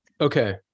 Okay